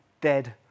dead